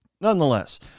nonetheless